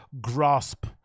grasp